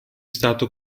stato